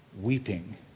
weeping